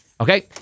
Okay